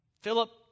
Philip